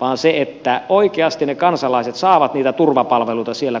vaan se että oikeasti ne kansalaiset saavat niitä turvapalveluita siellä kun he niitä tarvitsevat